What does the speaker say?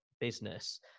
business